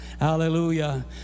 Hallelujah